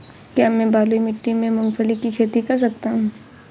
क्या मैं बलुई मिट्टी में मूंगफली की खेती कर सकता हूँ?